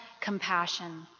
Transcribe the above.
compassion